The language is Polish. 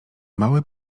mały